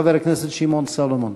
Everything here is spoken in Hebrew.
חבר הכנסת שמעון סולומון.